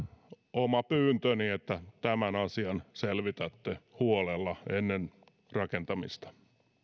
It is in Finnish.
oma pyyntöni että tämän asian selvitätte huolella ennen rakentamista